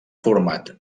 format